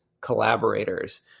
collaborators